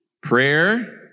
Prayer